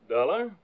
Dollar